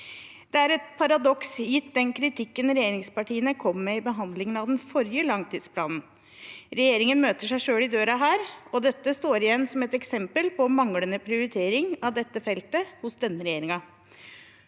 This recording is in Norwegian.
Det er et paradoks gitt den kritikken regjeringspartiene kom med i behandlingen av den forrige langtidsplanen. Regjeringen møter seg selv i døren her, og dette står igjen som et eksempel på manglende prioritering av dette feltet hos denne regjeringen.